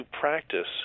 practice